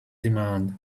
demand